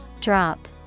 Drop